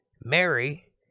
Mary